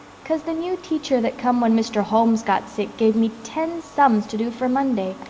cause the new teacher that come when mr. holmes got sick give me ten sums to do for monday.